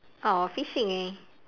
!aww! fishing